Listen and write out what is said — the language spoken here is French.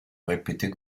répété